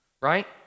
Right